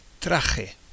traje